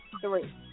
three